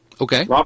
Okay